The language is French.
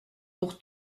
pour